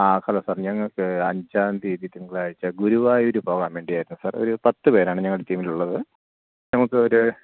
ആ hello sir ഞങ്ങൾക്ക് അഞ്ചാം തീയതി തിങ്കളാഴ്ച്ച ഗുരുവായൂർ പോകാൻ വേണ്ടി ആയിരുന്നു സാര് ഒരു പത്ത് പേരാണ് ഞങ്ങളുടെ ടീമിലുള്ളത് നമുക്ക് ഒരു